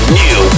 new